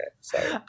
Sorry